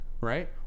Right